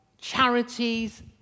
charities